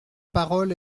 parole